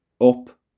up